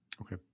Okay